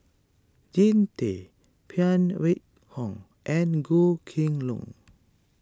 Jean Tay Phan Wait Hong and Goh Kheng Long